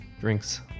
drinks